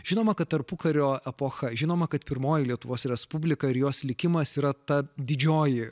žinoma kad tarpukario epocha žinoma kad pirmoji lietuvos respublika ir jos likimas yra ta didžioji